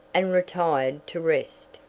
and retired to rest.